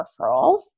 referrals